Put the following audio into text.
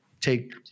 take